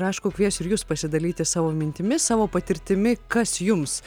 ir aišku kviesiu ir jus pasidalyti savo mintimis savo patirtimi kas jums